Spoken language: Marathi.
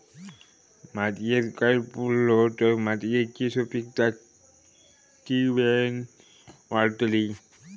मातयेत कैर पुरलो तर मातयेची सुपीकता की वेळेन वाडतली?